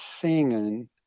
singing